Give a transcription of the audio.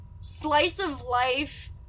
slice-of-life